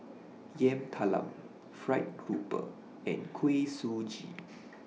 Yam Talam Fried Grouper and Kuih Suji